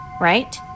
right